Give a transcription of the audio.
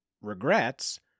regrets